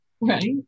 Right